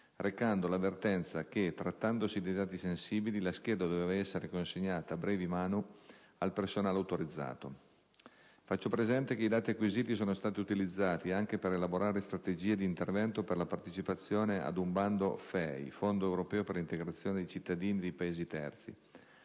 recando l'avvertenza che, trattandosi di dati sensibili, la scheda doveva essere consegnata *brevi manu* al personale autorizzato. Faccio presente che i dati acquisiti sono stati utilizzati anche per elaborare strategie di intervento per la partecipazione ad un bando FEI (Fondo europeo per l'integrazione di cittadini di Paesi terzi)